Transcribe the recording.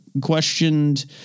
questioned